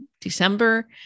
December